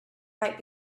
might